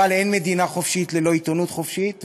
אבל אין מדינה חופשית ללא עיתונות חופשית,